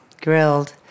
grilled